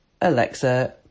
Alexa